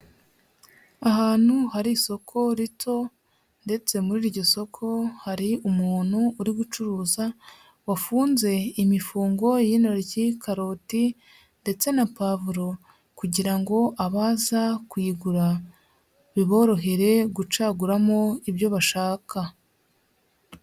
Ahantu hari isoko rito, ndetse muri iryo soko hari umuntu uri gucuruza wafunze imifungo iy'intoryi, karoti, ndetse na pavuro, kugira ngo abaza kuyigura biborohere gucaguramo ibyo bashaka.